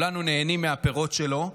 וכולנו נהנים מהפירות שלו.